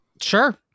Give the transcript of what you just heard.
Sure